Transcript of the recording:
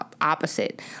opposite